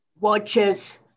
watches